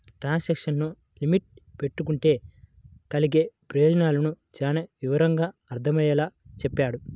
transaction limit పెట్టుకుంటే కలిగే ప్రయోజనాలను చానా వివరంగా అర్థమయ్యేలా చెప్పాడు